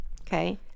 Okay